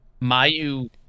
Mayu